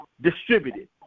distributed